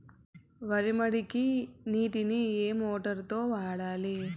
వరి మడికి నీటిని ఏ మోటారు తో వాడాలి?